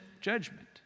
judgment